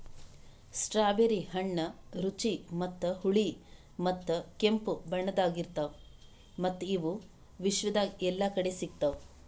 strawberry ಹಣ್ಣ ರುಚಿ ಮತ್ತ ಹುಳಿ ಮತ್ತ ಕೆಂಪು ಬಣ್ಣದಾಗ್ ಇರ್ತಾವ್ ಮತ್ತ ಇವು ವಿಶ್ವದಾಗ್ ಎಲ್ಲಾ ಕಡಿ ಸಿಗ್ತಾವ್